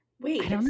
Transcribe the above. Wait